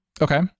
Okay